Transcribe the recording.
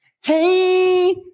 Hey